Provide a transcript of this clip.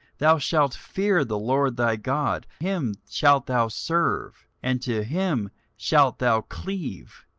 thou shalt fear the lord thy god him shalt thou serve, and to him shalt thou cleave,